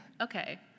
okay